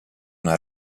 una